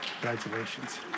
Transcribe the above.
Congratulations